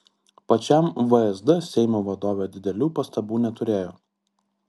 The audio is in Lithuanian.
pačiam vsd seimo vadovė didelių pastabų neturėjo